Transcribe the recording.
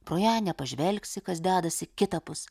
pro ją nepažvelgsi kas dedasi kitapus